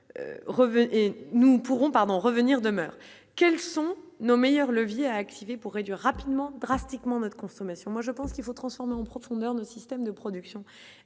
nous pourrons pardon revenir demeure quels sont nos meilleurs leviers à activer pour réduire rapidement drastiquement notre consommation, moi je pense qu'il faut transformer en profondeur le système de production